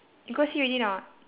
you go see already or not